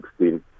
2016